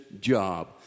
job